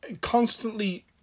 constantly